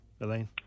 Elaine